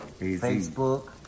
facebook